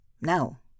Now